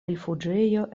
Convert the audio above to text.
rifuĝejo